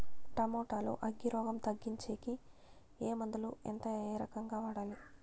Tomato లో అగ్గి రోగం తగ్గించేకి ఏ మందులు? ఎంత? ఏ రకంగా వాడాలి?